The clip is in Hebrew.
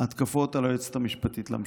התקפות על היועצת המשפטית לממשלה.